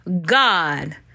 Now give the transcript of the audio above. God